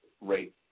rate